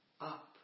up